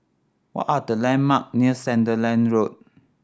what are the landmark near Sandiland Road